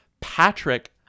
Patrick